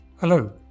Hello